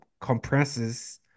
compresses